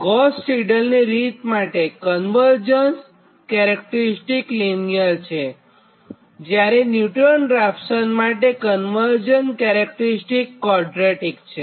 Gauss Seidel રીત માટે convergence characteristic linear છે જ્યારે ન્યુટન રાપ્સન માટે કન્વરજ્ન્સ કેરેક્ટરીસ્ટીક ક્વોડરેટીક છે